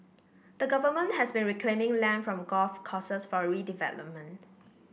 the government has been reclaiming land from golf courses for redevelopment